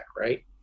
right